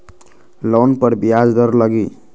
Loan पर ब्याज दर लगी?